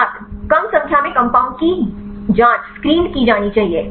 छात्र कम संख्या में कंपाउंड की जांच की जानी चाहिए